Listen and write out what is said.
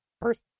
first